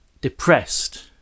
depressed